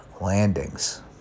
landings